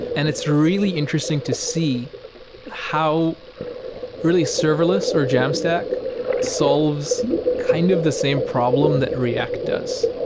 and it's really interesting to see how really serverless or jamstack solves kind of the same problem that react does.